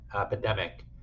epidemic